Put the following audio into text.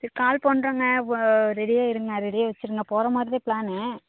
சரி கால் பண்ணுறோங்க வ ரெடியாக இருங்க ரெடியாக வெச்சுருங்க போகிற மாதிரி தான் பிளானு